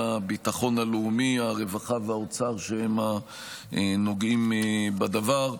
הביטחון הלאומי, הרווחה והאוצר, שהם הנוגעים בדבר.